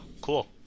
cool